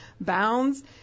bounds